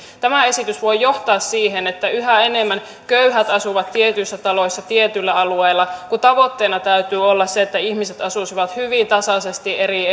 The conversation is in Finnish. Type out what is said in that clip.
tämä esitys voi johtaa siihen että yhä enemmän köyhät asuvat tietyissä taloissa tietyillä alueilla kun tavoitteena täytyy olla se että ihmiset asuisivat hyvin tasaisesti eri